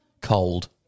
Cold